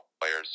players